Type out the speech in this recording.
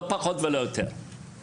לא פחות ולא יותר;